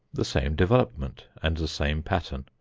the same development and the same pattern,